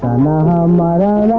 la la la la